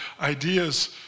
ideas